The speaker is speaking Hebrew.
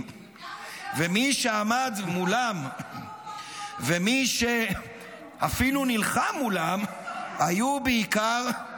ומי שעמד מולם ומי שאפילו נלחם מולם היו בעיקר,